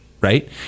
Right